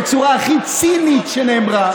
בצורה הכי צינית שנאמרה,